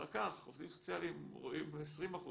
אחר כך עובדים סוציאליים רואים 20%,